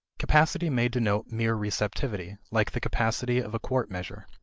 capacity may denote mere receptivity, like the capacity of a quart measure.